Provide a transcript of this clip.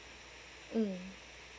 mm